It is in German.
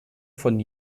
von